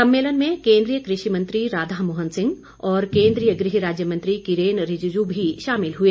सम्मेलन में केंद्रीय कृषि मंत्री राधा मोहन सिंह और केंद्रीय गृह राज्य मंत्री किरेन रिजिजू भी शामिल हुए